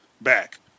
back